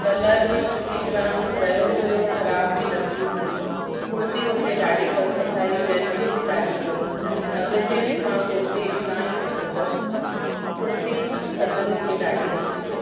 colour बि सुठी तरहां रहियो हुयो ख़राबु बि न थी हुई कुर्ती मूंखे ॾाढी पसंदि आई ॿियनि खे बि ॾाढी पसंदि आई अॻिते बि मां कुर्ती हितां ई वठंदसि कुर्ती सभिनी खे ॾाढी सुठी लॻी